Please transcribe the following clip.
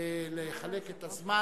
לחלק את הזמן.